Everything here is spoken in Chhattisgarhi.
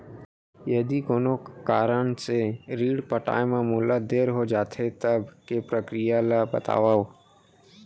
यदि कोनो कारन ले ऋण पटाय मा मोला देर हो जाथे, तब के प्रक्रिया ला बतावव